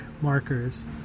markers